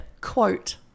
Quote